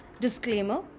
Disclaimer